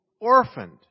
Orphaned